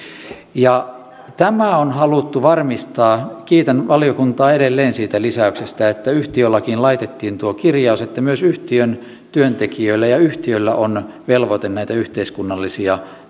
ja tämä on haluttu varmistaa kiitän valiokuntaa edelleen siitä lisäyksestä että yhtiölakiin laitettiin tuo kirjaus että myös yhtiön työntekijöillä ja yhtiöllä on velvoite näitä yhteiskunnallisia